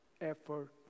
effort